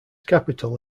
capital